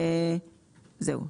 זהו.